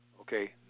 Okay